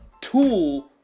tool